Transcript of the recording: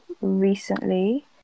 recently